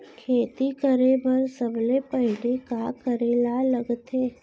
खेती करे बर सबले पहिली का करे ला लगथे?